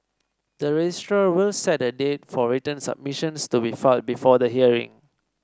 the registrar will set a date for written submissions to be filed before the hearing